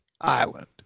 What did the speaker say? island